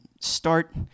start